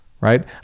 right